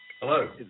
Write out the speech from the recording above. Hello